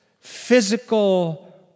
physical